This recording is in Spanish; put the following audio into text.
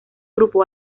grupo